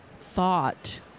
thought